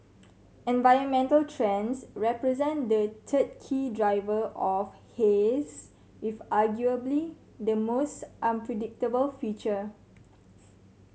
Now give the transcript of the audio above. environmental trends represent the third key driver of haze with arguably the most unpredictable future